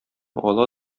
ала